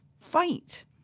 fight